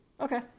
Okay